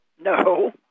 No